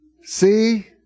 See